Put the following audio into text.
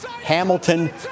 Hamilton